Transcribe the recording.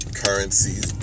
currencies